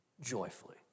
joyfully